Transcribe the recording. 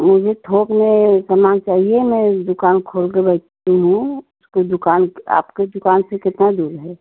मुझे थोक में सामान चाहिए मैं दुकान खोल के बैठी हूँ उसकी दुकान क आपकी दुकान से कितना दूर है